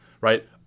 right